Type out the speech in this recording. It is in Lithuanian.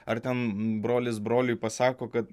ar ten brolis broliui pasako kad